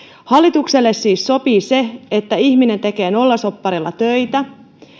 hallitukselle siis sopii se että ihminen tekee nollasopparilla töitä